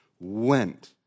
Went